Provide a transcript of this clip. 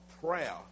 prayer